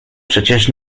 przecież